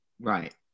Right